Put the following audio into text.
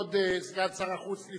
כבוד סגן שר החוץ,